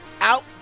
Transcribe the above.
out